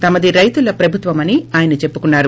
తమది రైతుల ప్రభుత్వమని ఆయన చెప్పుకున్నారు